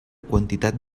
quantitat